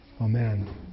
Amen